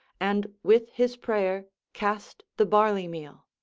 and with his prayer cast the barley meal.